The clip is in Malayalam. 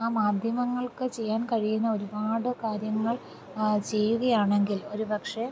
ആ മാധ്യമങ്ങൾക്ക് ചെയ്യാൻ കഴിയുന്ന ഒരുപാട് കാര്യങ്ങൾ ചെയ്യുകയാണെങ്കിൽ ഒരു പക്ഷെ